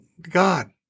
God